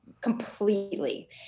Completely